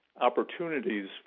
opportunities